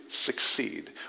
succeed